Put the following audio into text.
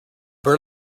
bird